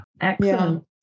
Excellent